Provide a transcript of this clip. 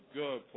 good